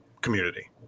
community